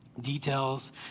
details